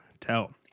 tell